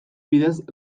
bidez